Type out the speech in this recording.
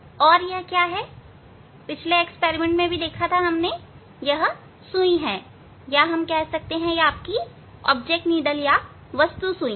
और यह एक सुई है या कह सकते हैं वस्तु सुई है